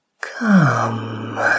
come